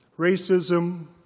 racism